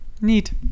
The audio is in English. Neat